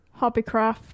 Hobbycraft